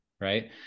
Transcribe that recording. right